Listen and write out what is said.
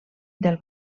del